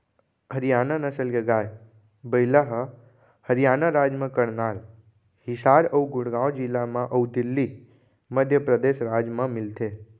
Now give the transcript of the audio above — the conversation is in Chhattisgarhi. हरियाना नसल के गाय, बइला ह हरियाना राज म करनाल, हिसार अउ गुड़गॉँव जिला म अउ दिल्ली, मध्य परदेस राज म मिलथे